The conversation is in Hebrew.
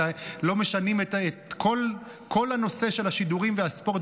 את כל הנושא של השידורים והספורט,